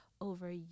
over